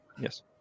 yes